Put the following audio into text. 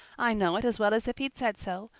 i know it as well as if he'd said so.